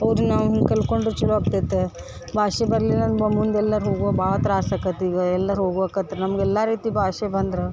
ಅವ್ರು ನಾವು ಹಿಂಗೆ ಕಲ್ತ್ಕೊಂಡ್ರ ಚಲೋ ಆಗ್ತೈತೆ ಭಾಷೆ ಬರಲಿಲ್ಲ ಅಂದರೆ ಮುಂದೆ ಎಲ್ಲಾರೂ ಹೋಗ್ವಾಗ ಭಾಳ ತ್ರಾಸು ಆಕತ್ತಿ ಈಗ ಎಲ್ಲಾರೂ ಹೋಬೇಕು ಅಂದ್ರೆ ನಮ್ಗೆ ಎಲ್ಲ ರೀತಿ ಭಾಷೆ ಬಂದ್ರೆ